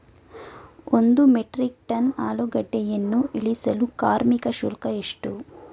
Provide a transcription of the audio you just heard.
ಒಂದು metric ton ಆಲೂಗೆಡ್ಡೆಯನ್ನು ಇಳಿಸಲು ಕಾರ್ಮಿಕ ಶುಲ್ಕ ಎಷ್ಟು?